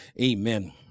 Amen